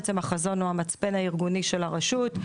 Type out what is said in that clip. החזון הוא המצפן הארגוני של הרשות.